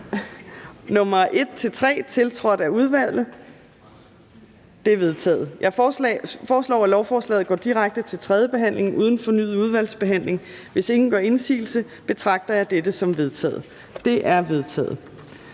nr. 1-4, tiltrådt af udvalget? De er vedtaget. Jeg foreslår, at lovforslaget går direkte til tredje behandling uden fornyet udvalgsbehandling. Hvis ingen gør indsigelse, betragter jeg dette som vedtaget. Det er vedtaget.